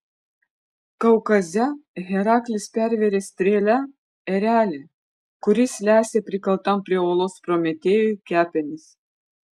kaukaze heraklis pervėrė strėle erelį kuris lesė prikaltam prie uolos prometėjui kepenis